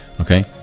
Okay